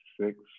six